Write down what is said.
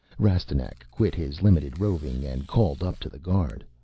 rastignac quit his limited roving and called up to the guard.